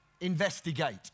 investigate